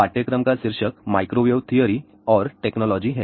पाठ्यक्रम का शीर्षक माइक्रोवेव थेओरी और टेक्नोलॉजी है